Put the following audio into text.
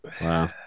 Wow